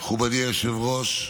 להכנתה לקריאה השנייה והשלישית.